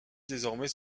désormais